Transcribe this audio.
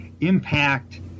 impact